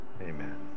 amen